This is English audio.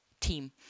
team